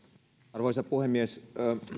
arvoisa puhemies